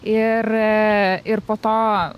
ir ir po to